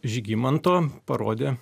žygimanto parodė